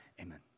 amen